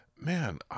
man